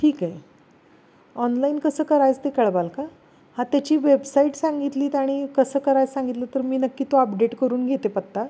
ठीक आहे ऑनलाईन कसं करायच ते कळवाल का हा त्याची वेबसाईट सांगितलीत आणि कसं करायचं सांगितलं तर मी नक्की तो अपडेट करून घेते पत्ता